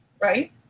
Right